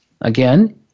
Again